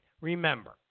Remember